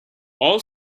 all